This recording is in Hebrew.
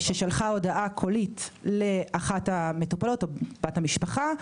ששלחה הודעה קולית לאחת המטופלות או בת המשפחה.